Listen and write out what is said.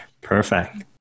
perfect